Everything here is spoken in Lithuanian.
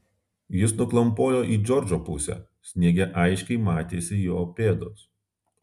jis nuklampojo į džordžo pusę sniege aiškiai matėsi jo pėdos